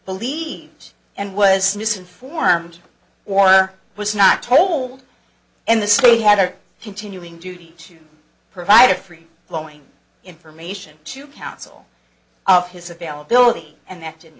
believes and was misinformed or was not told in the city had a continuing duty to provide a free flowing information to counsel of his availability and that didn't